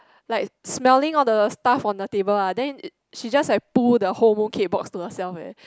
like smelling all the stuff on the table lah then she just like pull the whole mooncake box to herself eh